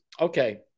okay